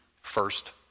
first